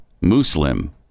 Muslim